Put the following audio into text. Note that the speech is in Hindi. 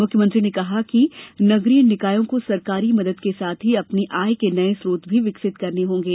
मुख्यमंत्री ने कहा कि नगरीय निकायों को सरकारी मदद के साथ ही अपनी आय के नए स्त्रोत भी विकसित करना होंगे